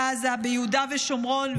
בעזה, ביהודה ושומרון -- נא לסיים.